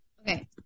okay